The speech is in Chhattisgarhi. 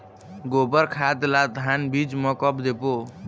गोबर खाद ला धान बीज म कब देबो?